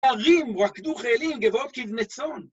‫הרים רקדו כאילים גבהות כבני צאן.